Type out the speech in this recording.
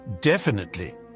Definitely